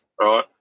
right